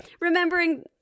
remembering